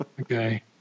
okay